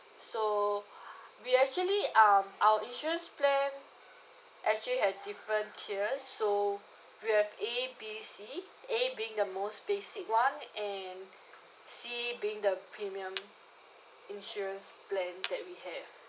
so we actually um our insurance plan actually have different tiers so we have A B C A being the most basic [one] and C being the premium insurance plan that we have